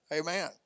Amen